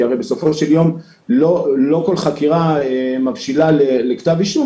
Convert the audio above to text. כי הרי בסופו של יום לא כל חקירה מבשילה לכתב אישום,